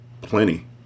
Plenty